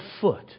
foot